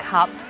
Cup